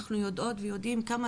אנחנו יודעים ויודעות עד כמה